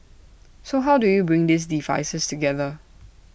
so how do you bring these devices together